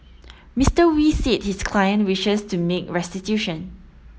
Mister Wee said his client wishes to make restitution